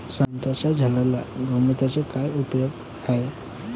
संत्र्याच्या झाडांले गोमूत्राचा काय उपयोग हाये?